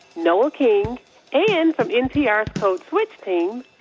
noel king and, from npr's code switch team,